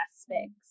aspects